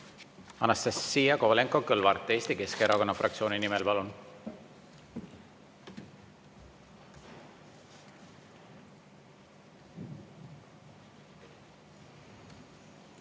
Anastassia Kovalenko-Kõlvart Eesti Keskerakonna fraktsiooni nimel. Palun!